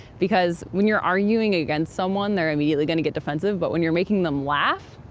because when you're arguing against someone, they're immediately going to get defensive. but when you're making them laugh.